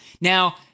now